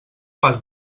pas